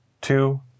two